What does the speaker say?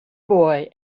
boy